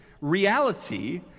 reality